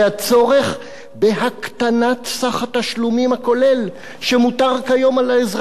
בהקטנת סך התשלומים הכולל שמוטל כיום על האזרח הממוצע".